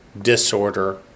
disorder